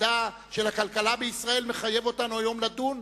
עתידה של הכלכלה בישראל מחייב אותנו לדון,